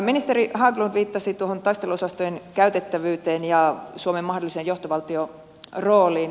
ministeri haglund viittasi tuohon taisteluosastojen käytettävyyteen ja suomen mahdolliseen johtovaltiorooliin